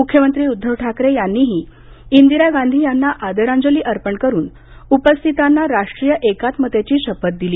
मुख्यमंत्री उद्धव ठाकरे यांनीही इंदिरा गांधी यांना आदरांजली अर्पण करून उपस्थितांना राष्ट्रीय एकात्मतेची शपथही दिली